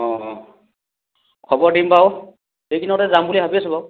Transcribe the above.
অঁ অঁ খবৰ দিম বাৰু এইকেইদিনতে যাম বুলি ভাবি আছোঁ বাৰু